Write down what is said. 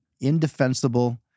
indefensible